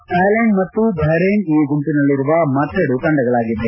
Thailand ಮತ್ತು Bahrain ಈ ಗುಂಪಿನಲ್ಲಿರುವ ಮತ್ತೆರಡು ತಂಡಗಳಾಗಿವೆ